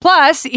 Plus